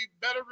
better